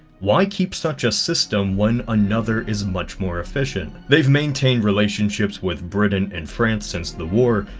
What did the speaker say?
why keep such a system, when another is much more efficient. they've maintained relationships with britain and france since the war.